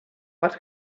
what